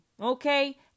okay